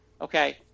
Okay